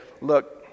look